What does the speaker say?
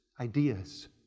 ideas